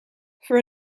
for